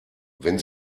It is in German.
wenn